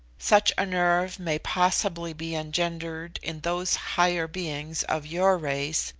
such a nerve may possibly be engendered in those higher beings of your race,